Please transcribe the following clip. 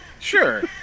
sure